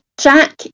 Jack